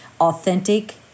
authentic